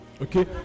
Okay